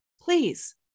Please